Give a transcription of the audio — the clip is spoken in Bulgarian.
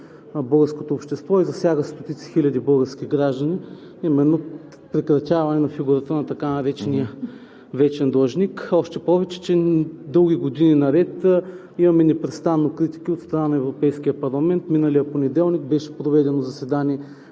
българското общество и засяга стотици хиляди български граждани – именно прекратяване на фигурата на така наречения вечен длъжник, още повече дълги години имаме непрестанно критики от страна на Европейския парламент. Миналия понеделник беше проведено заседание